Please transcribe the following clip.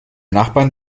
nachbarn